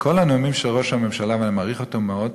בכל הנאומים של ראש הממשלה, ואני מעריך אותו מאוד,